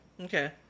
Okay